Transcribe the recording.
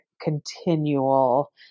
continual